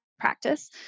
Practice